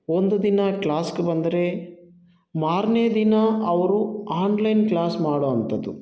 ಒಂದು ದಿನ ಕ್ಲಾಸ್ಗೆ ಬಂದರೆ ಮಾರನೇ ದಿನ ಅವರು ಆನ್ಲೈನ್ ಕ್ಲಾಸ್ ಮಾಡುವಂಥದ್ದು